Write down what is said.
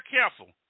careful